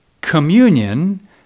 communion